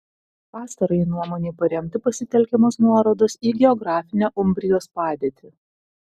pastarajai nuomonei paremti pasitelkiamos nuorodos į geografinę umbrijos padėtį